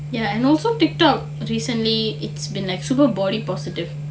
ya and also TikTok recently it's been like super body positive